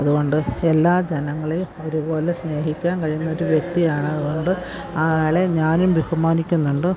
അതുകൊണ്ട് എല്ലാ ജനങ്ങളെയും ഒരുപോലെ സ്നേഹിക്കാൻ കഴിയുന്നൊരു വ്യക്തിയാണതുകൊണ്ട് ആ ആളെ ഞാനും ബഹുമാനിക്കിന്നുണ്ട്